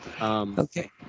Okay